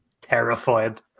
terrified